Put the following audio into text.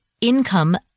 income